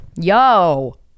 yo